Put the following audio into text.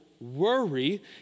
worry